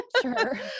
Sure